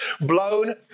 blown